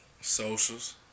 socials